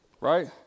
right